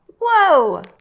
Whoa